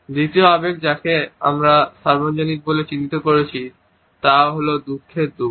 দ্বিতীয় আবেগ যাকে তারা সার্বজনীন বলে চিহ্নিত করেছে তা হল দুঃখের দুঃখ